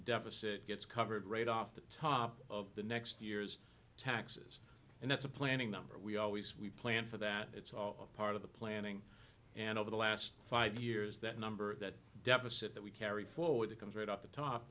deficit gets covered right off the top of the next year's taxes and that's a planning number we always we plan for that it's all part of the planning and over the last five years that number of that deficit that we carry forward it comes right off the top